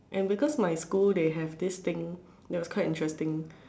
and because my school they have this thing that was quite interesting